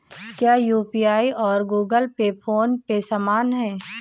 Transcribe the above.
क्या यू.पी.आई और Google Pay PhonePe समान हैं?